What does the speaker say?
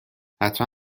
حتما